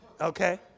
okay